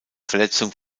verletzung